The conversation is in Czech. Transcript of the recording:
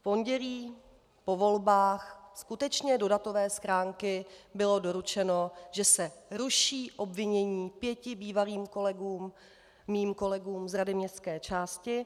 V pondělí, po volbách, skutečně do datové schránky bylo doručeno, že se ruší obvinění pěti bývalým kolegům, mým kolegům z rady městské části.